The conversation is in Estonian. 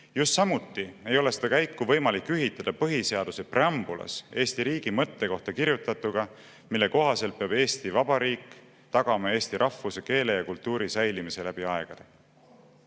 suhtes. Samuti ei ole seda käiku võimalik ühitada põhiseaduse preambulas Eesti riigi mõtte kohta kirjutatuga, mille kohaselt peab Eesti Vabariik tagama eesti rahvuse, keele ja kultuuri säilimise läbi aegade.